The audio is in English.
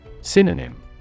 Synonym